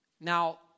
Now